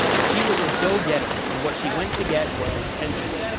she was a go-getter, and what she went to get was attention.